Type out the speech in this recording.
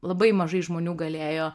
labai mažai žmonių galėjo